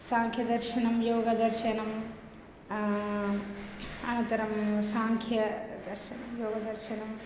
साङ्ख्यदर्शनं योगदर्शनम् अनन्तरं साङ्ख्यदर्शनं योगदर्शनम्